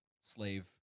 slave